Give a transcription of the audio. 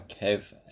Kev